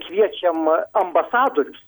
kviečiam ambasadorius